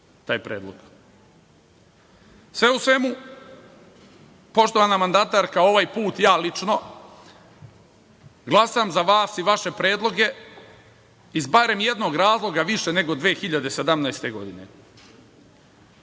taj predlog. Sve u svemu, poštovana mandatarko, ovaj put ja lično glasam za vas i vaše predloge iz barem jednog razloga više nego 2017. godine.